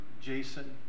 Jason